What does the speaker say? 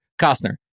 Costner